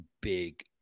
big